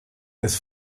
des